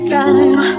time